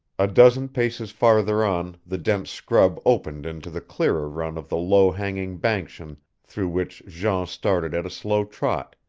a dozen paces farther on the dense scrub opened into the clearer run of the low-hanging banskian through which jean started at a slow trot,